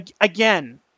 again